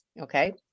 okay